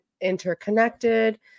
interconnected